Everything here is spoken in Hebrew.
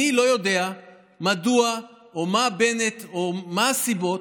אני לא יודע מדוע, או מה בנט, מה הסיבות.